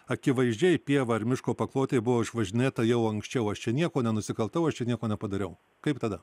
akivaizdžiai pieva ar miško paklotė buvo išvažinėta jau anksčiau aš čia niekuo nenusikaltau aš čia nieko nepadariau kaip tada